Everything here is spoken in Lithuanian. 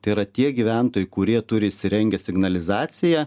tai yra tie gyventojai kurie turi įsirengę signalizaciją